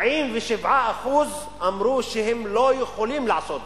47% אמרו שהם לא יכולים לעשות זאת,